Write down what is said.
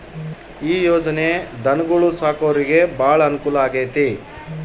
ಈ ಯೊಜನೆ ಧನುಗೊಳು ಸಾಕೊರಿಗೆ ಬಾಳ ಅನುಕೂಲ ಆಗ್ಯತೆ